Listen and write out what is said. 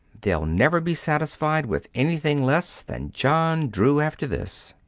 they'll never be satisfied with anything less than john drew after this.